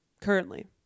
Currently